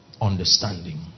Understanding